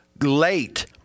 late